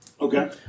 Okay